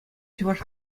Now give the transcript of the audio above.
чӑваш